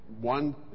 one